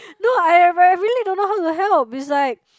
no I rea~ really don't know how to help it's like